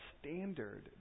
standard